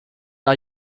are